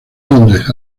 londres